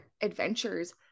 adventures